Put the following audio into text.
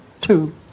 Two